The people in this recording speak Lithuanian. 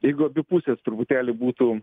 jeigu abi pusės truputėlį būtų